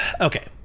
okay